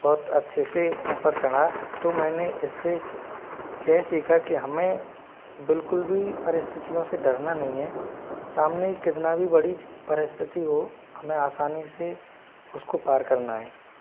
बहुत अच्छे से ऊपर चढ़ा तो मैंने इससे यह सीखा कि हमें बिल्कुल भी परिस्थितियों से डरना नहीं है सामने कितना भी बड़ी परिस्थिति हो हमें आसानी से उसको पार करना है